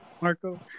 Marco